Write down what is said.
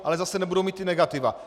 Ale zase nebudou mít ta negativa.